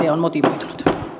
ja on motivoitunut